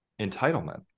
entitlement